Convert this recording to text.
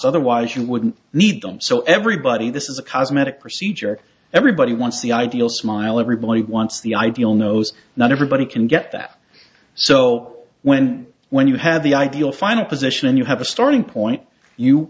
otherwise you wouldn't need them so everybody this is a cosmetic procedure everybody wants the ideal smile everybody wants the ideal nose not everybody can get that so when when you have the ideal final position and you have a starting point you